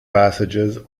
passages